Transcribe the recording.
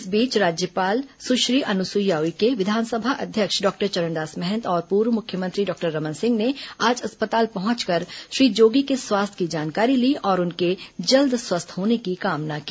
इस बीच राज्यपाल अनुसुईया उइके विधानसभा अध्यक्ष डॉक्टर चरणदास महंत और पूर्व मुख्यमंत्री डॉक्टर रमन सिंह ने आज अस्पताल पहुंचकर श्री जोगी के स्वास्थ्य की जानकारी ली और उनके जल्द स्वस्थ होने की कामना की